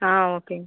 ஆ ஓகேங்க